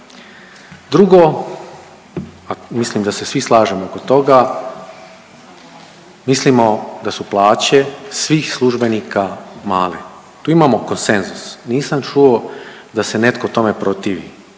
Drugo, mislim da se svi slažemo oko toga mislimo da su plaće svih službenika male. Tu imamo konsenzus nisam čuo da se netko tome protivi.